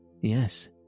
Yes